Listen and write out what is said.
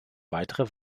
weitere